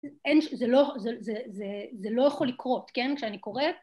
זה לא זה לא זה לא יכול לקרות, כן, כשאני קוראת